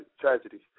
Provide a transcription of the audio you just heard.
tragedy